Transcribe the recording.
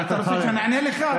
אתה רוצה שאני אענה לך?